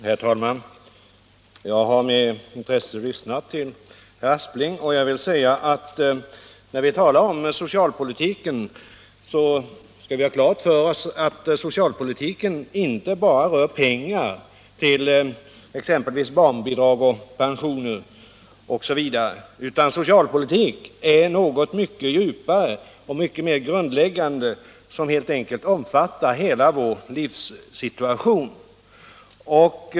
Herr talman! Jag har med intresse lyssnat till herr Aspling. Vi skall ha klart för oss att socialpolitiken inte bara rör pengar till barnbidrag, pensioner osv. Socialpolitiken är något mycket djupare och mycket mer grundläggande; den omfattar hela vår livssituation.